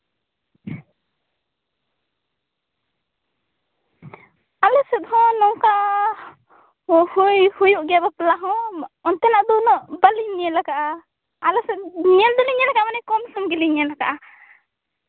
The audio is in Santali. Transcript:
ᱟᱞᱮ ᱥᱮᱫ ᱦᱚᱸ ᱱᱚᱝᱠᱟ ᱦᱚᱸ ᱦᱩᱭ ᱦᱩᱭᱩᱜ ᱜᱮᱭᱟ ᱵᱟᱯᱞᱟ ᱦᱚᱸ ᱚᱱᱛᱮᱱᱟᱜ ᱫᱚ ᱩᱱᱟᱹᱜ ᱵᱟᱞᱤᱧ ᱧᱮᱞ ᱠᱟᱜᱼᱟ ᱟᱞᱮ ᱥᱮᱫ ᱧᱮᱞ ᱫᱚᱞᱤᱧ ᱧᱮᱞ ᱠᱟᱜᱼᱟ ᱢᱟᱱᱮ ᱠᱚᱢᱥᱚᱢ ᱜᱮᱞᱤᱧ ᱧᱮᱞ ᱠᱟᱜᱼᱟ